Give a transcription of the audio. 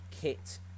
kit